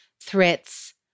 threats